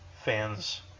fans